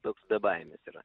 toks bebaimis yra